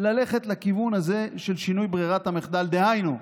ללכת לכיוון הזה של שינוי ברירת המחדל, דהיינו,